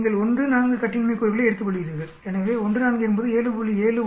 நீங்கள் 1 4 கட்டின்மை கூறுகளை எடுத்துக்கொள்கிறீர்கள் எனவே 1 4 என்பது 7